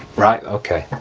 right okay